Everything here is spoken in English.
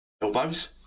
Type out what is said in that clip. elbows